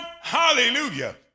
hallelujah